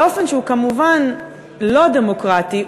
באופן שהוא כמובן לא דמוקרטי.